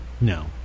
No